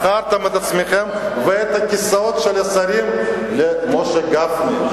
מכרתם את עצמכם ואת הכיסאות של השרים למשה גפני.